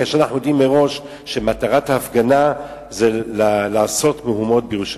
כאשר אנחנו יודעים מראש שמטרת ההפגנה היא לעשות מהומות בירושלים.